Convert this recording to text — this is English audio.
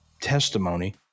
testimony